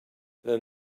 then